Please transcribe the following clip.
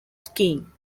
skiing